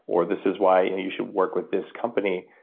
or this is why you should work with this company.